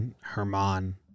Herman